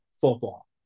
football